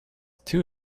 two